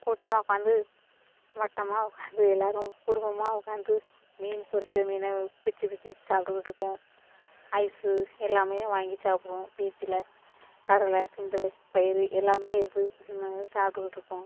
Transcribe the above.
கூட்டமாக உட்காந்து வட்டமாக உட்காந்து எல்லோரும் குடும்பமாக உட்காந்து மீன் பொரிச்ச மீன் பிச்சு பிச்சு சாப்டுகிட்டு இருப்போம் ஐஸ் எல்லாமே வாங்கி சாப்பிடுவோம் பீச்ல கடலை சுண்டல் பயிறு எல்லாமே இது நம்ம சாப்டுகிட்டு இருப்போம்